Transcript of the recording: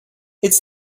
its